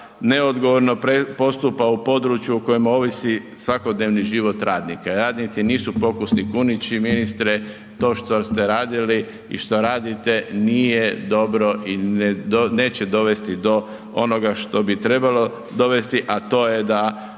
neodgovorno postupa u području o kojem ovisi svakodnevni život radnika. Radnici nisu pokusni kunići ministre, to što ste radili i što radite nije dobro i neće dovesti do onoga što bi trebalo dovesti, a to je da